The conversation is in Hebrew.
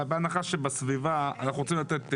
בהנחה שבסביבה, אנחנו רוצים לתת אישור,